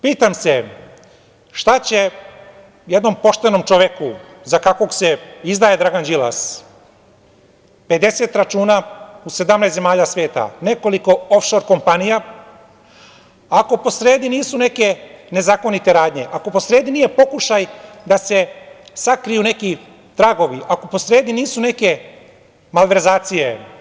Pitam se šta će jednom poštenom čoveku za kakvog se izdaje Dragan Đilas 50 računa u 17 zemalja sveta, nekoliko ofšor kompanija, ako posredi nisu neke nezakonite radnje, ako posredi nije pokušaj da se sakriju neki tragovi, ako posredi nisu neke malverzacije.